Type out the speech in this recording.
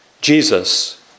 Jesus